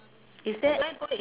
is there